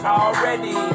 already